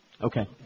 Okay